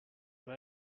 même